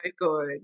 Good